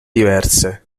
diverse